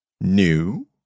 new